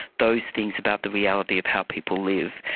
those things about the reality of how people live,